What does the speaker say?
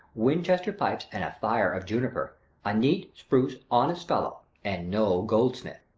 winchester pipes, and fire of juniper a neat, spruce, honest fellow, and no goldsmith.